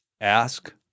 ask